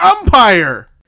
umpire